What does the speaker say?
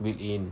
built-in